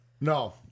no